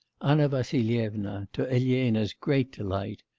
anna vassilyevna, to elena's great delight,